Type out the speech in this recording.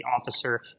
officer